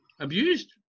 abused